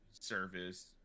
service